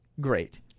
great